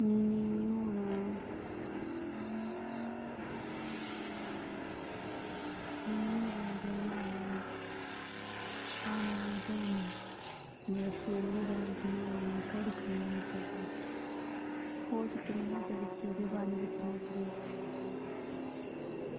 नेईं होन नेईं होऐ लाईट ते पानी ते रस्सियै कन्नै बाल्टियै गी घड़ुऐ गी ते ओह् सुट्टनी बिच्चे गी पानी सुट्टना उप्परै गी